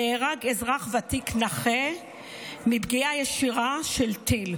נהרג אזרח ותיק נכה מפגיעה ישירה של טיל.